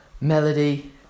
melody